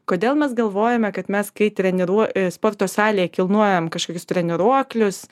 kodėl mes galvojame kad mes kai treniruo sporto salėje kilnojam kažkokius treniruoklius